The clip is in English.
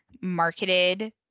marketed